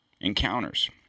encounters